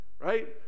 Right